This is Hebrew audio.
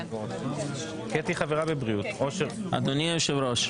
אדוני היושב-ראש,